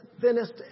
thinnest